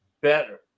better